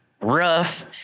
rough